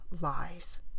lies